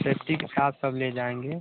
safety के साथ सब ले जाएँगे